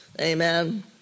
Amen